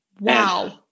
Wow